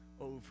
over